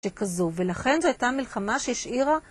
שכזו, ולכן זו הייתה מלחמה שהשאירה